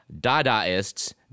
Dadaists